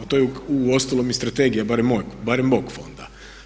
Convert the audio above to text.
To je uostalom i strategija barem mog fonda.